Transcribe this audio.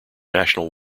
national